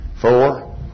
four